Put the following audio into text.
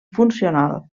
funcional